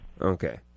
Okay